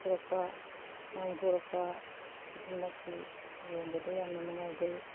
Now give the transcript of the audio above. ꯇꯧꯊꯣꯔꯛꯄ ꯉꯥꯡꯊꯣꯔꯛꯄ ꯈꯨꯗꯤꯡꯃꯛꯁꯤ ꯌꯦꯡꯕꯗ ꯌꯥꯝꯅ ꯅꯨꯡꯉꯥꯏꯖꯩ